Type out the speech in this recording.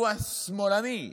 הוא "השמאלני",